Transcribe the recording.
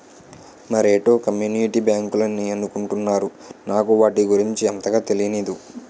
మరేటో కమ్యూనిటీ బ్యాంకులని అనుకుంటున్నారు నాకు వాటి గురించి అంతగా తెనీదు